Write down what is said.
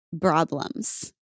Problems